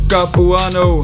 Capuano